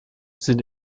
sind